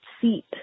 seat